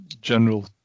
general